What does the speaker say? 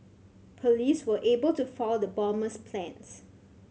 police were able to foil the bomber's plans